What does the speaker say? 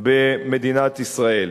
במדינת ישראל.